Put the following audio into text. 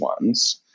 ones